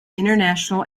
international